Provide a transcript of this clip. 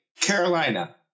Carolina